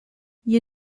you